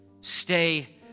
Stay